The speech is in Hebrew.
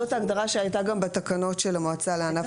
זאת ההגדרה שהייתה גם בתקנות של המועצה לענף